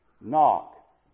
Knock